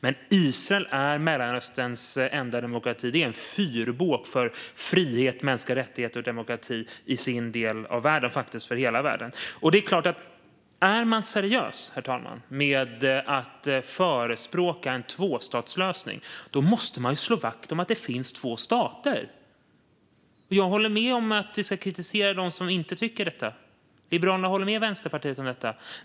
Men Israel är Mellanösterns enda demokrati. Israel är en fyrbåk för frihet, mänskliga rättigheter och demokrati i sin del av världen och, faktiskt, för hela världen. Herr talman! Om man är seriös med att förespråka en tvåstatslösning måste man slå vakt om att det finns två stater. Jag håller med om att vi ska kritisera dem som inte tycker detta. Liberalerna håller med Vänsterpartiet om det.